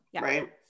Right